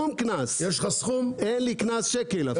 שום קנס, אין לי קנס שקל אפילו.